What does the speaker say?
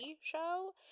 show